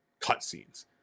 cutscenes